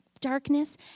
darkness